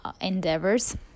endeavors